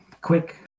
quick